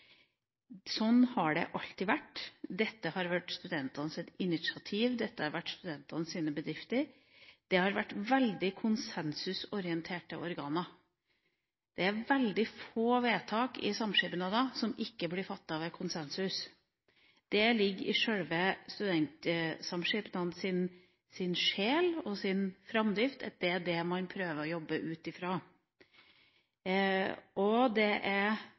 Sånn har det alltid vært – dette har vært studentenes initiativ, dette har vært studentenes bedrifter. Det har vært veldig konsensusorienterte organer. Det er veldig få vedtak i samskipnader som ikke blir fattet ved konsensus. Det ligger i sjølve studentsamskipnadens sjel og framdrift at det er det man prøver å jobbe ut fra, og det er